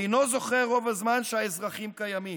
אינו זוכר רוב הזמן שהאזרחים קיימים.